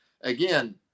Again